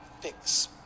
fix